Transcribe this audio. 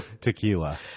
tequila